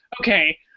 okay